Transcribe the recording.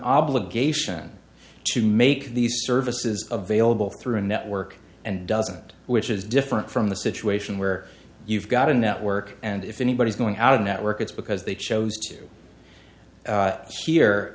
obligation to make these services available through a network and doesn't which is different from the situation where you've got a network and if anybody's going out of network it's because they chose to here